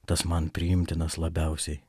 tas man priimtinas labiausiai